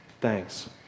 Thanks